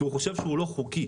כי הוא חושב שהוא לא חוקי.